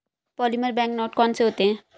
polymer bank note कौन से होते हैं